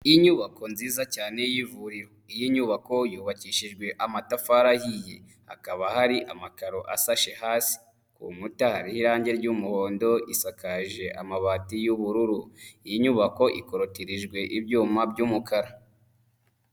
Inyubako nziza cyane y'ivuriro, iyi nyubako yubakishijwe amatafari ahiye hakaba hari amakaro asashe hasi, ku nkuta hariho irange ry'umuhondo isakaje amabati y'ubururu, iyi nyubako ikorotirijwe ibyuma by'umukara.